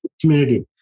community